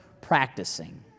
practicing